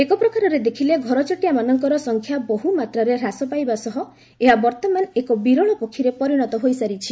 ଏକପ୍ରକାରରେ ଦେଖିଲେ ଘରଚଟିଆମାନଙ୍କର ସଂଖ୍ୟା ବହ୍ମାତ୍ରାରେ ହ୍ରାସ ପାଇବା ସହ ଏହା ବର୍ତ୍ତମାନ ଏକ ବିରଳ ପକ୍ଷୀରେ ପରିଣତ ହୋଇସାରିଛି